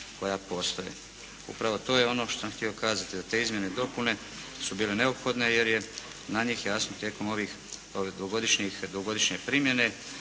koja postoje. Upravo to je ono što sam htio kazati. Te izmjene i dopune su bile neophodne jer je na njih jasno tijekom ovih dugogodišnjih promjena